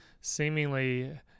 seemingly